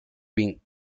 wing